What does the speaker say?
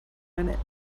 einer